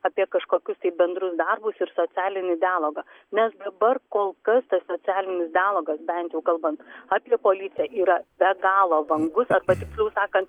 apie kažkokius tai bendrus darbus ir socialinį dialogą nes dabar kol kas tas socialinis dialogas bent jau kalbant apie policiją yra be galo vangus arba tiksliau sakant